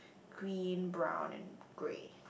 green brown and grey